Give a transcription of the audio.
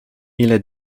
ile